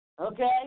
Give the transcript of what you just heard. Okay